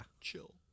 chill